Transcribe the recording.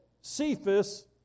Cephas